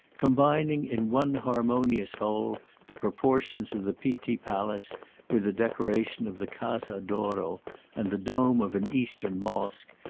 combining in one harmonious whole the proportions of the pitti palace with the decoration of the casa d'oro and the dome of an eastern mosque,